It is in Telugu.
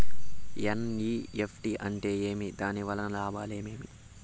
ఎన్.ఇ.ఎఫ్.టి అంటే ఏమి? దాని వలన లాభాలు ఏమేమి